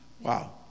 Wow